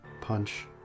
punch